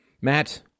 Matt